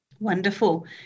Wonderful